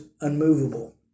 unmovable